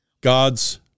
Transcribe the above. God's